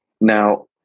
now